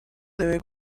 debe